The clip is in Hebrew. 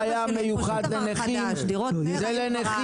זה לא דבר חדש, דירות נ"ר היו כבר אז.